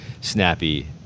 snappy